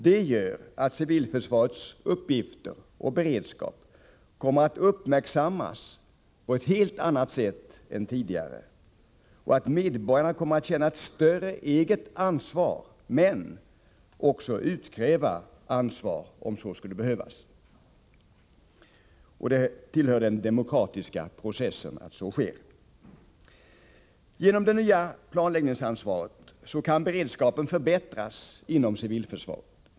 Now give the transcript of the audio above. Det gör att civilförsvarets uppgifter och beredskap kommer att uppmärksammas på ett helt annat sätt än tidigare och att medborgarna kommer att känna ett större eget ansvar, men också utkräva ansvar, om så skulle behövas. Det tillhör den demokratiska processen att så sker. Genom det nya planläggningsansvaret kan beredskapen förbättras inom civilförsvaret.